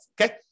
Okay